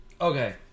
okay